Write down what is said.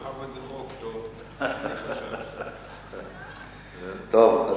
מאחר שזה חוק טוב, תצביע בעדו.